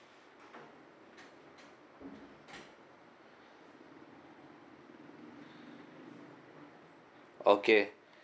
okay